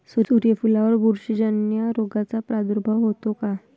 सूर्यफुलावर बुरशीजन्य रोगाचा प्रादुर्भाव होतो का?